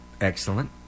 Excellent